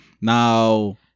Now